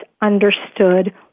understood